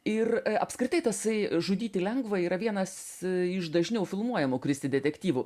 ir apskritai tasai žudyti lengva yra vienas iš dažniau filmuojamų kristi detektyvų